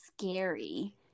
scary